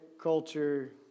culture